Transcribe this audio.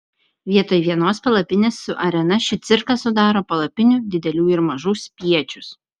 vietoj vienos palapinės su arena šį cirką sudaro palapinių didelių ir mažų spiečius